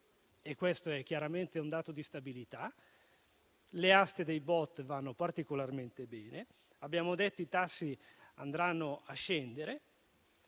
e questo è chiaramente un dato di stabilità. Le aste dei BOT vanno particolarmente bene. Abbiamo detto che i tassi d'interesse andranno a scendere.